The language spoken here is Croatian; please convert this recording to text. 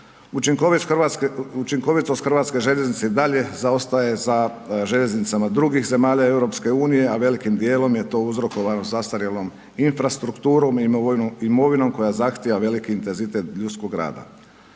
Učinkovitost hrvatske željeznice i dalje zaostaje za željeznicama drugih zemalja EU-a a velikom djelom je to uzrokovano zastarjelom infrastrukturom i imovinom koji zahtijeva veliki intenzitet ljudskog rada.